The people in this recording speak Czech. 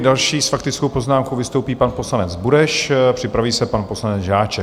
Další s faktickou poznámkou vystoupí pan poslanec Bureš, připraví se pan poslanec Žáček.